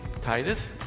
Titus